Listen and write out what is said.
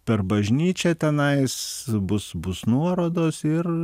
per bažnyčią tenais bus bus nuorodos ir